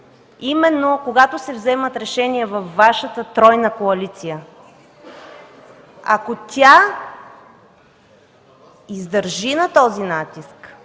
именно, когато се вземат решения във Вашата тройна коалиция. Ако тя издържи на този натиск,